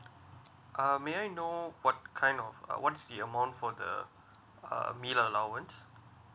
uh may I know what kind of uh what's the amount for the uh meal allowance